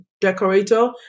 decorator